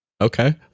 Okay